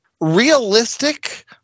realistic